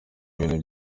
ibintu